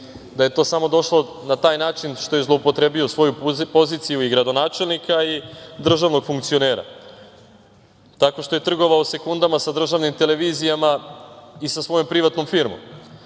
da je to samo došlo na taj način što je zloupotrebio svoju poziciju i gradonačelnika i državnog funkcionera tako što je trgovao sekundama sa državnim televizijama i sa svojom privatnom firmom